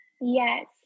Yes